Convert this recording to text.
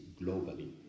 globally